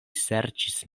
serĉis